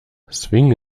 swing